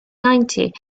ninety